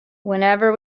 whenever